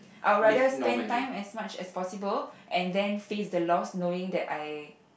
I would rather spend time as much as possible and then face the lost knowing that I